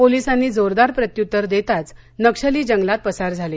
पोलिसांनी जोरदार प्रत्युत्तर देताच नक्षली जंगलात पसार झाले